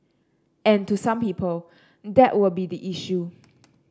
and to some people that would be the issue